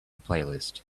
playlist